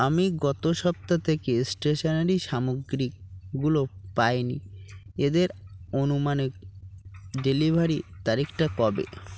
আমি গত সপ্তাহ থেকে স্টেশনারি সামগ্রীগুলো পায় নি এদের অনুমানিক ডেলিভারি তারিখটা কবে